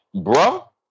bro